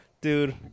Dude